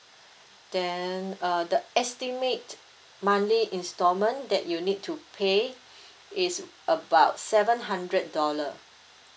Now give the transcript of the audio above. then uh the estimate monthly instalment that you need to pay is about seven hundred dollar